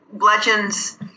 Legends